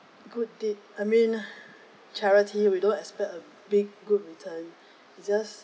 good deed I mean charity we don't expect a big good return just